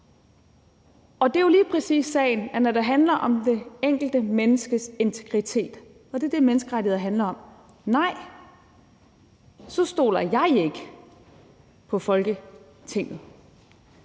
og det er jo lige præcis sagen. Når det handler om det enkelte menneskes integritet, og det er det, menneskerettigheder handler om, så nej, stoler jeg ikke på Folketinget.